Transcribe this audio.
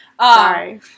Sorry